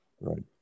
Right